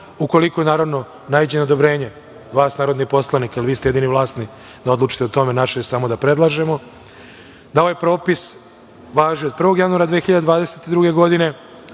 ukoliko naravno naiđe na odobrenje vas narodnih poslanika, jer vi ste jedini vlasni da odlučite o tome, naše je samo da predlažemo, da ovaj propis važi od 1. januara 2022. godine